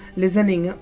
listening